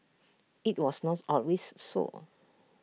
IT was not always so